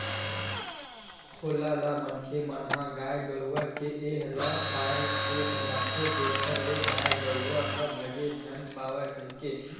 खोल ल मनखे मन ह गाय गरुवा ले ए पाय के पहिराथे जेखर ले गाय गरुवा ह भांगे झन पाय कहिके